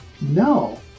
No